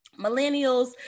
millennials